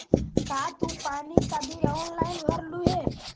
का तू पानी का बिल ऑनलाइन भरलू हे